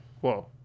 Whoa